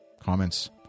comments